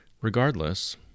Regardless